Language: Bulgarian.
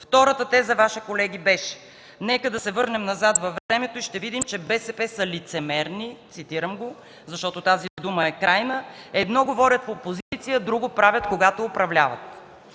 Втората Ваша теза, колеги, беше: „Нека да се върнем назад във времето и ще видим, че БСП са лицемерни” – цитирам го, защото тази дума е крайна – „едно говорят в опозиция, а друго правят когато управляват.”